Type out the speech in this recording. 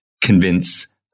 convince